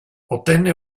ottenne